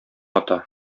ата